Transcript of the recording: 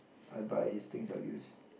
I buys things I use